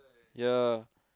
yep